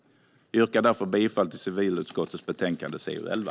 Jag yrkar bifall till civilutskottets förslag i betänkande CU11.